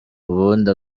ubundi